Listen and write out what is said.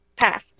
Pass